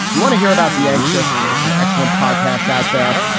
you want to hear about the anxious. there are some excellent podcasts out there.